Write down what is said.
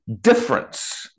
difference